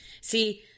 See